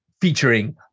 featuring